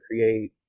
create